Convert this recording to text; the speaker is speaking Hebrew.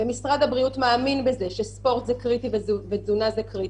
ומשרד הבריאות מאמין בזה שספורט ותזונה הם קריטים,